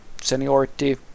seniority